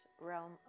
realm